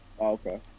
okay